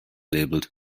labeled